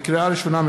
לקריאה ראשונה,